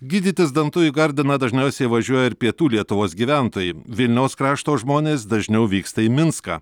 gydytis dantų į gardiną dažniausiai važiuoja ir pietų lietuvos gyventojai vilniaus krašto žmonės dažniau vyksta į minską